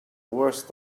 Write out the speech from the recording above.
worst